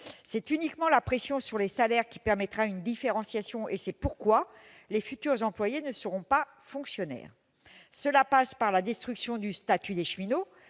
C'est donc uniquement la pression sur les salaires qui permettra une différenciation. C'est pourquoi les futurs employés ne seront pas fonctionnaires, ce qui passe par la destruction du statut des cheminots,